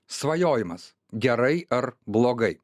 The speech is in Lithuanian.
svajojimas gerai ar blogai